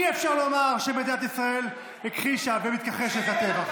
אי-אפשר לומר שמדינת ישראל הכחישה ומתכחשת לטבח.